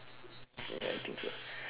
yeah I think so